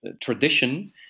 tradition